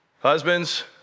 Husbands